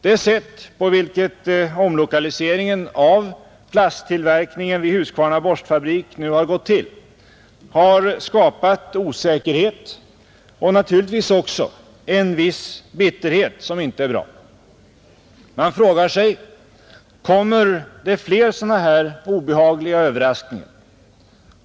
Det sätt på vilket omlokaliseringen av plasttillverkningen vid Husqvarna Borstfabrik nu har gått till, har skapat osäkerhet och naturligtvis också en viss bitterhet, som inte är bra. Man frågar sig: Kommer det fler sådana här obehagliga överraskningar?